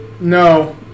No